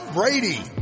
Brady